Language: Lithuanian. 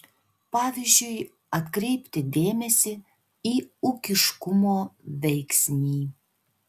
pavyzdžiui atkreipti dėmesį į ūkiškumo veiksnį